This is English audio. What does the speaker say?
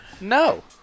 No